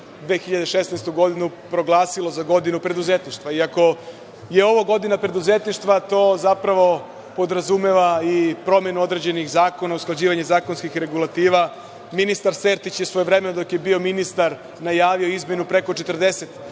2016. godinu proglasila za godinu preduzetništva. Ako je ovo godina preduzetništva, to zapravo podrazumeva i promenu određenih zakona, usklađivanje zakonskih regulativa. Ministar Sertić je svojevremeno dok je bio ministar najavio izmenu preko 40 zakona